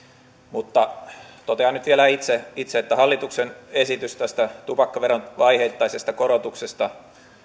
mutta totean nyt vielä itse itse että hallituksen esitys tästä tupakkaveron vaiheittaisesta korotuksesta